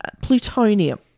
plutonium